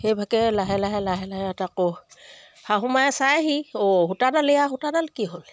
সেইভাগে লাহে লাহে লাহে লাহে তাকো শাহুমাই চাইহি অ' সূতাডাল ইয়া সূতাডাল কি হ'ল